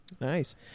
Nice